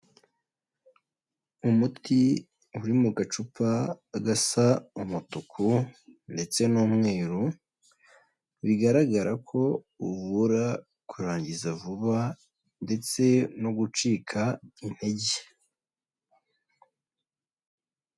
Umuti uri mu gacupa gasa umutuku ndetse n'umweru, bigaragara ko uvura kurangiza vuba ndetse no gucika intege.